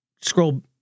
scroll